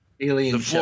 Alien